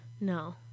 No